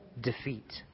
defeat